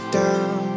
down